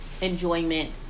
enjoyment